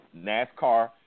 NASCAR